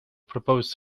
proposed